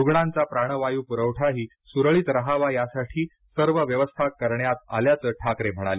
रुग्णांचा प्राणवायू पुरवठाही सुरळीत रहावा यासाठी सर्व व्यवस्था करण्यात आल्याचं ठाकरे म्हणाले